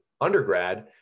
undergrad